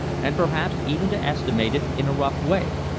and perhaps even to estimate it in a rough way.